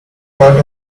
got